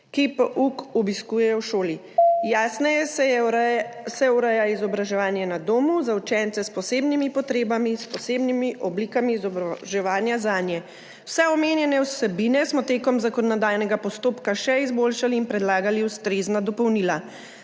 ki pouk obiskujejo v šoli. Jasneje se ureja izobraževanje na domu za učence s posebnimi potrebami, s posebnimi oblikami izobraževanja zanje. Vse omenjene vsebine smo v zakonodajnem postopku še izboljšali in predlagali ustrezna dopolnila.